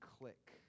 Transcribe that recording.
click